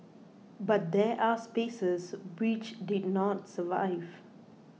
but there are spaces which did not survive